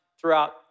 throughout